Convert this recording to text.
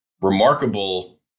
remarkable